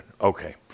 Okay